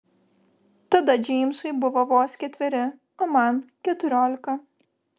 tada džeimsui buvo vos ketveri o man keturiolika